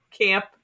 camp